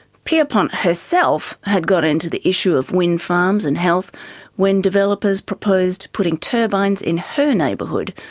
pierpont herself had got into the issue of windfarms and health when developers proposed putting turbines in her neighbourhood,